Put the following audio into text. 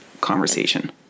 conversation